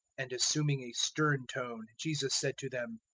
and assuming a stern tone jesus said to them,